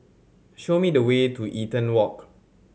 show me the way to Eaton Walk